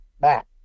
back